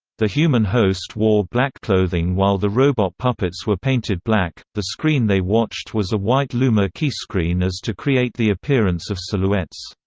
the human host wore black clothing while the robot puppets were painted black the screen they watched was a white luma key screen as to create the appearance of silhouettes.